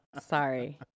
sorry